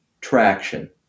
traction